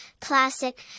classic